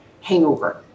hangover